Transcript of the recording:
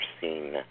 seen